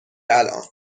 الان